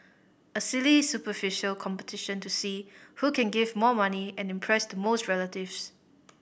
a silly superficial competition to see who can give more money and impress the most relatives